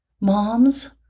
Moms